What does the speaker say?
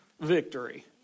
victory